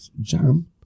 jam